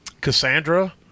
Cassandra